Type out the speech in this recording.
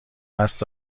قصد